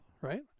right